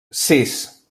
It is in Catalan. sis